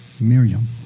Miriam